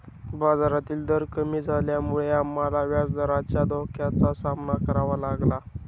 बाजारातील दर कमी झाल्यामुळे आम्हाला व्याजदराच्या धोक्याचा सामना करावा लागला